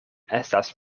estas